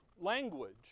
language